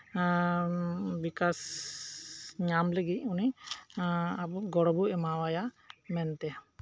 ᱦᱮ ᱵᱤᱠᱟᱥ ᱧᱟᱢ ᱞᱟᱹᱜᱤᱫ ᱩᱱᱤ ᱟᱵᱚ ᱜᱚᱲᱚ ᱵᱚ ᱮᱢᱟᱣᱭᱟ ᱢᱮᱱᱛᱮ